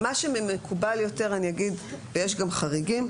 מה שמקובל יותר ויש גם חריגים,